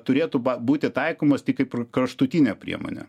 turėtų ba būti taikomas tik kaip kraštutinė priemonė